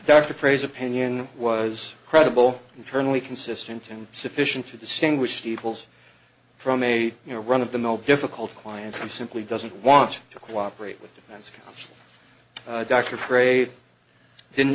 dr praise opinion was credible internally consistent and sufficient to distinguish peoples from a mere run of the mill difficult client from simply doesn't want to cooperate with the doctor afraid didn't